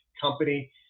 company